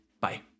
bye